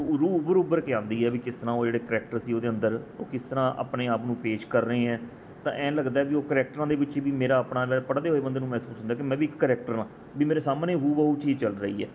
ਓਹ ਰੂਹ ਉੱਭਰ ਉੱਭਰ ਕੇ ਆਉਂਦੀ ਹੈ ਵੀ ਕਿਸ ਤਰ੍ਹਾਂ ਉਹ ਜਿਹੜੇ ਕਰੈਕਟਰ ਸੀ ਉਹਦੇ ਅੰਦਰ ਉਹ ਕਿਸ ਤਰ੍ਹਾਂ ਆਪਣੇ ਆਪ ਨੂੰ ਪੇਸ਼ ਕਰ ਰਹੇ ਹੈ ਤਾਂ ਐਂ ਲੱਗਦਾ ਵੀ ਉਹ ਕਰੈਕਟਰਾਂ ਦੇ ਵਿੱਚ ਵੀ ਮੇਰਾ ਆਪਣਾ ਪੜ੍ਹਦੇ ਹੋਏ ਬੰਦੇ ਨੂੰ ਮਹਿਸੂਸ ਹੁੰਦਾ ਕਿ ਮੈਂ ਵੀ ਇੱਕ ਕਰੈਕਟਰ ਹਾਂ ਵੀ ਮੇਰੇ ਸਾਹਮਣੇ ਹੂੂ ਬ ਹੂ ਚੀਜ਼ ਚੱਲ ਰਹੀ ਹੈ